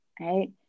Right